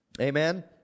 Amen